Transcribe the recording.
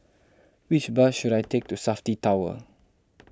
which bus should I take to Safti Tower